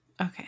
Okay